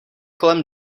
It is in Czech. kolem